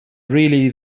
really